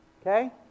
okay